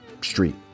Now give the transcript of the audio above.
street